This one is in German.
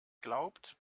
glaubt